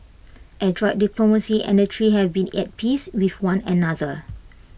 adroit diplomacy and that three have been at peace with one another